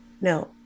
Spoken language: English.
No